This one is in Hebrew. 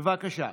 בבקשה.